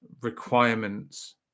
requirements